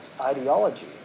ideology